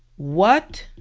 what